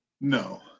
No